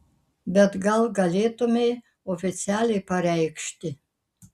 bet gal galėtumei oficialiai pareikšti